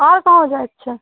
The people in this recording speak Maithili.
आर कहों जाए कऽ छै